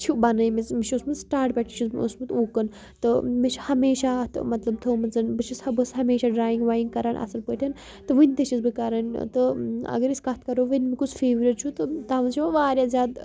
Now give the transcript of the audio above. چھُ بَنٲومژٕ مےٚ چھُ اوسمُت سٹاٹ پٮ۪ٹھ چھِ مےٚ اوسمُت اُکُن تہٕ مےٚ چھِ ہمیشہ تہٕ مطلب تھٲومٕژَن بہٕ چھس ہہ بہٕ ٲسٕس ہمیشہ ڈرٛایِنٛگ وایِنٛگ کَران اَصٕل پٲٹھۍ تہٕ وٕنۍ تہِ چھس بہٕ کَران تہٕ اگر أسۍ کَتھ کَرو وٕنۍ کُس فیورِٹ چھُ تہٕ تَتھ منٛز یِوان واریاہ زیادٕ